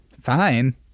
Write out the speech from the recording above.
Fine